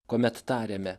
kuomet tariame